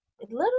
little